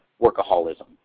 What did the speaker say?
workaholism